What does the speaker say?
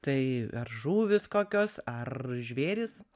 tai ar žuvys kokios ar žvėrys